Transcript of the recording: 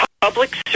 public